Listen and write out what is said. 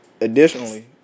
Additionally